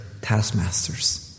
taskmasters